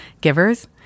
Givers